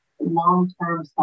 long-term